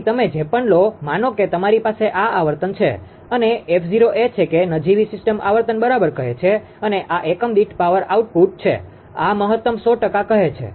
તેથી તમે જે પણ લો માનો કે તમારી પાસે આ આવર્તન છે આ આવર્તન છે અને 𝑓0 એ છે કે નજીવી સિસ્ટમ આવર્તન બરાબર કહે છે અને આ એકમ દીઠ પાવર આઉટપુટ છે આ મહત્તમ 100 ટકા કહે છે